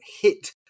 hit